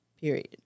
Period